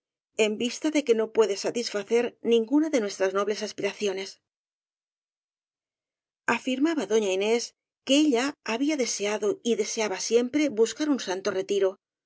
en vista de que no puede satisfacer ninguna de nuestras no bles aspiraciones afirmaba doña inés que ella había deseado y deseaba siempre buscar un santo retiro